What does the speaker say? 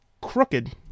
crooked